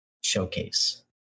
showcase